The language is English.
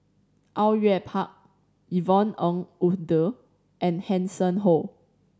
Au Yue Pak Yvonne Ng Uhde and Hanson Ho